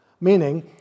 Meaning